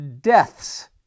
deaths